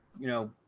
you know,